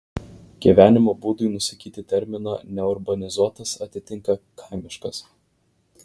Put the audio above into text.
gyvenimo būdui nusakyti terminą neurbanizuotas atitinka kaimiškas